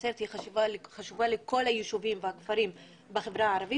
נצרת חשובה לכל היישובים והכפרים בחברה הערבית